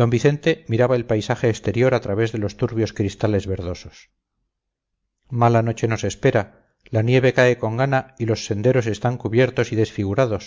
d vicente miraba el paisaje exterior al través de los turbios cristales verdosos mala noche nos espera la nieve cae con gana y los senderos están cubiertos y desfigurados